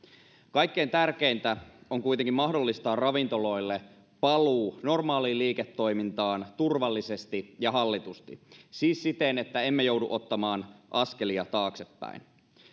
kaikkein tärkeintä on kuitenkin mahdollistaa ravintoloille paluu normaaliin liiketoimintaan turvallisesti ja hallitusti siis siten että emme joudu ottamaan askelia taaksepäin